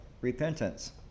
Repentance